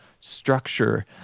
structure